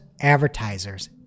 advertisers